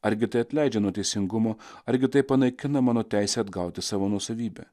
argi tai atleidžia nuo teisingumo argi tai panaikina mano teisę atgauti savo nuosavybę